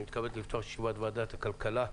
אני מתכבד לפתוח את ישיבת ועדת הכלכלה.